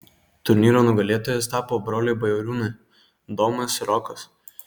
turnyro nugalėtojais tapo broliai bajoriūnai domas ir rokas